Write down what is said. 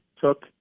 took